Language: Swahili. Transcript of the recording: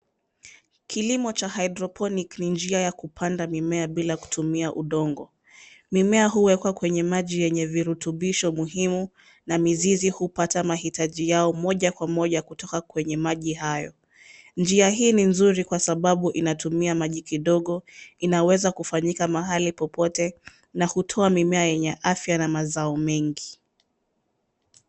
Kilimo cha hydroponic ni njia ya kupanda mimea bila kutumia udongo, mimea huwekwa kwenye maji yenye virutubisho muhimu na mizizi hupata mahitaji yao moja kwa moja kutoka kwenye maji hayo, njia hii ni nzuri kwa sababu inatumia maji kidogo inaweza kufanyika mahali popote na kutoa mimea yenye afya na mazao mengi.